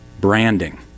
branding